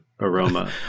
aroma